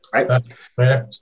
Right